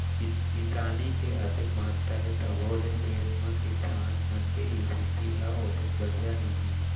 किसानी के अतेक महत्ता हे तभो ले देस म किसान मन के इस्थिति ह ओतेक बड़िहा नइये